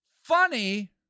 funny